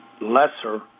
lesser